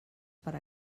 per